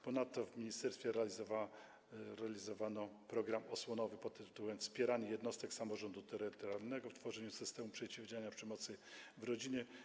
Ponadto w ministerstwie realizowano program osłonowy pt. „Wspieranie jednostek samorządu terytorialnego w tworzeniu systemu przeciwdziałania przemocy w rodzinie”